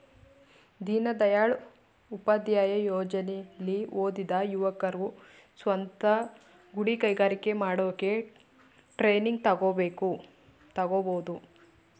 ದೀನದಯಾಳ್ ಉಪಾಧ್ಯಾಯ ಯೋಜನೆಲಿ ಓದಿದ ಯುವಕರು ಸ್ವಂತ ಗುಡಿ ಕೈಗಾರಿಕೆ ಮಾಡೋಕೆ ಟ್ರೈನಿಂಗ್ ತಗೋಬೋದು